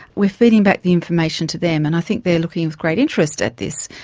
we are feeding back the information to them. and i think they are looking with great interest at this.